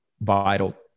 vital